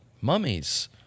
mummies